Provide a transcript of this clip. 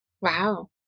Wow